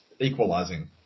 equalising